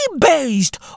based